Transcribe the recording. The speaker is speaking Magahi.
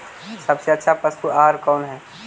सबसे अच्छा पशु आहार कौन है?